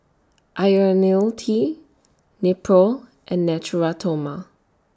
Ionil T Nepro and Natura Stoma